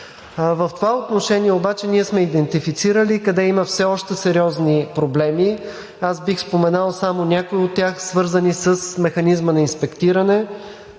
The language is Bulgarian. В това отношение обаче ние сме идентифицирали къде има все още сериозни проблеми. Аз бих споменал само някои от тях, свързани с механизма на инспектиране,